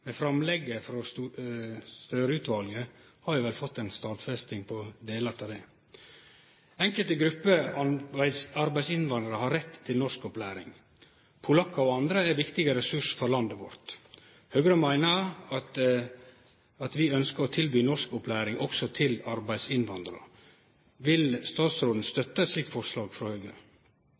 har vi vel fått ei stadfesting av det. Enkelte grupper arbeidsinnvandrarar har rett til norskopplæring. Polakkar og andre er viktige ressursar for landet vårt. Høgre ønskjer å tilby norskopplæring òg til arbeidsinnvandrarar. Vil statsråden støtte eit slikt forslag frå Høgre?